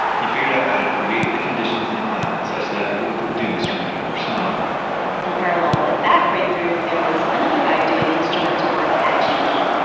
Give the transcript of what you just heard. he figured out how to create the conditions in the cloud such that it would produce rain or snow in parallel with that breakthrough, there was another guy doing instrumental work at ge.